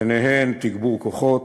בהן תגבור כוחות,